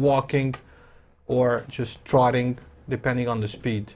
walking or just driving depending on the speed